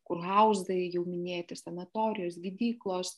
kurhauzai jau minėti sanatorijos gydyklos